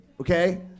okay